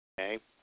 Okay